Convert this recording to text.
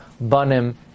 Banim